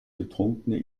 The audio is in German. betrunkene